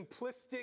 simplistic